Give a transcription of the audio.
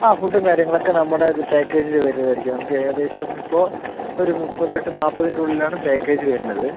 ആ ഫുഡും കാര്യങ്ങളൊക്കെ നമ്മുടെ ഇത് പാക്കേജിൽ വരുന്നത് ആയിരിക്കും നമുക്ക് ഏകദേശം ഇപ്പം ഒരു മുപ്പത്തിയെട്ട് നാല്പത്തിൻറെ ഉള്ളിലാണ് പാക്കേജ് വരുന്നത്